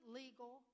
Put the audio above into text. legal